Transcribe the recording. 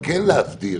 כן להסדיר.